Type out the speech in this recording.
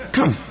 Come